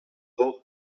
both